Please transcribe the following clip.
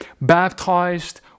baptized